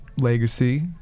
legacy